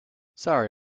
sorry